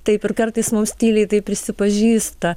taip ir kartais mums tyliai prisipažįsta